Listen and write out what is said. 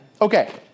Okay